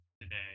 today